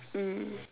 mm